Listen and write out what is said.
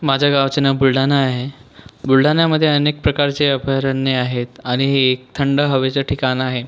माझ्या गावाचे नाव बुलढाणा आहे बुलढाण्यामध्ये अनेक प्रकारचे अभयरण्यं आहेत आणि हे एक थंड हवेचं ठिकाण आहे